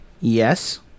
Yes